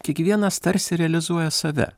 kiekvienas tarsi realizuoja save